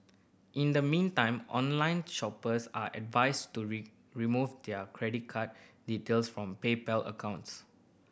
in the meantime online shoppers are advised to remove their credit card details from PayPal accounts